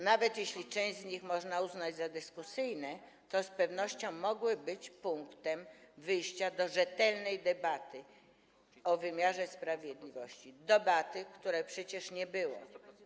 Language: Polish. Nawet jeśli część z nich można uznać za dyskusyjne, to z pewnością mogły być punktem wyjścia rzetelnej debaty o wymiarze sprawiedliwości, debaty, której przecież nie było.